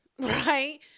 right